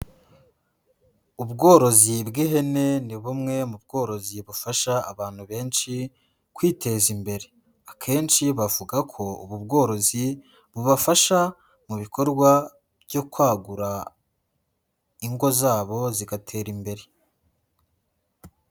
Ubworozi bw'ihene ni bumwe mu bworozi bufasha abantu benshi kwiteza imbere, akenshi bavuga ko ubu bworozi bubafasha mu bikorwa byo kwagura ingo zabo zigatera imbere.